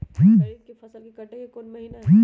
खरीफ के फसल के कटे के कोंन महिना हई?